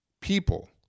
people